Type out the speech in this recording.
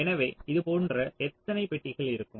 எனவே இதுபோன்ற எத்தனை பெட்டிகள் இருக்கும்